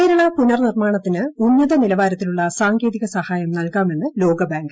കേരള പുനർനിർമാണത്തിന് ഉന്നതനിലവാരത്തിലുള്ള സാങ്കേതിക സഹായം നൽകാമെന്ന് ലോക ബാങ്ക്